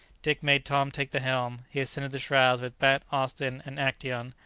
dick made tom take the helm he ascended the shrouds with bat, austin, and actaeon,